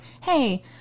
hey